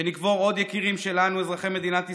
שנקבור עוד יקירים שלנו, אזרחי מדינת ישראל?